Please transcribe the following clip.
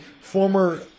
former